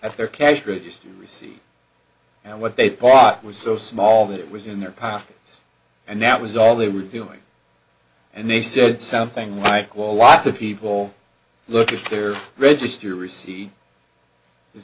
at their cash register receipt and what they bought was so small that it was in their pockets and that was all they were doing and they said something like well a lot of people look at their register receipt and